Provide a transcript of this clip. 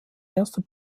erster